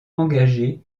engagé